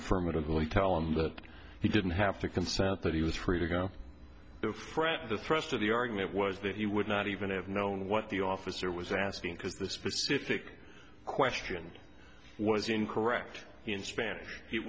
affirmatively tell him that he didn't have to consent that he was free to go to fret the thrust of the argument was that he would not even have known what the officer was asking because the specific question was incorrect in spanish